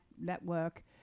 network